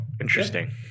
interesting